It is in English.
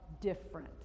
different